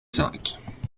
cinq